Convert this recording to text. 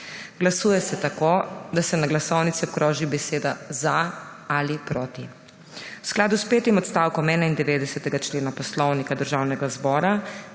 Glasuje se tako, da se na glasovnici obkroži beseda za ali proti. V skladu s petim odstavkom 91. člena Poslovnika Državnega zbora